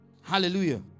Hallelujah